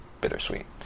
bittersweet